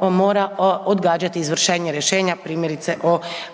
on mora odgađati izvršenje rješenja, primjerice o deportaciji.